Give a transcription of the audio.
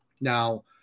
Now